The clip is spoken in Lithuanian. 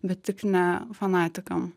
bet tik ne fanatikam